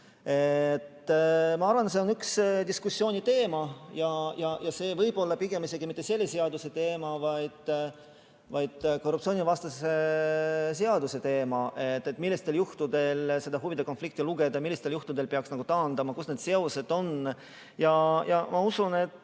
Ma arvan, et see on üks diskussiooni teema ja see võib olla pigem isegi mitte selle seaduse teema, vaid korruptsioonivastase seaduse teema, st millistel juhtudel seda huvide konfliktiks lugeda, millistel juhtudel peaks ennast taandama ja kus need seosed on. Ma usun, et